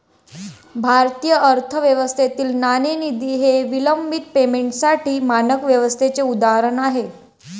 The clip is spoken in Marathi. भारतीय अर्थव्यवस्थेतील नाणेनिधी हे विलंबित पेमेंटसाठी मानक व्यवस्थेचे उदाहरण आहे